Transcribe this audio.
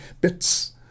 bits